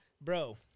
Bro